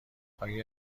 آیا